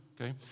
okay